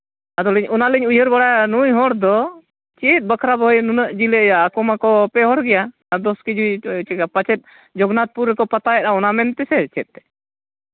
ᱟᱫᱚ ᱞᱤᱧ ᱚᱱᱟ ᱞᱤᱧ ᱩᱭᱦᱟᱹᱨ ᱵᱟᱲᱟᱭᱟ ᱱᱩᱭ ᱦᱚᱲ ᱫᱚ ᱪᱮᱫ ᱵᱟᱠᱷᱨᱟ ᱱᱩᱱᱟᱹᱜ ᱡᱤᱞ ᱟᱠᱚ ᱢᱟᱠᱚ ᱯᱮ ᱦᱚᱲ ᱜᱮᱭᱟ ᱫᱚᱥ ᱠᱮ ᱡᱤ ᱯᱟᱪᱮᱫ ᱡᱚᱜᱚᱱᱱᱟᱛᱷᱯᱩᱨ ᱨᱮᱠᱚ ᱯᱟᱛᱟᱭᱮᱫᱼᱟ ᱚᱱᱟ ᱢᱮᱱᱛᱮ ᱥᱮ ᱪᱮᱫ ᱛᱮ